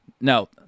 No